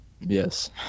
Yes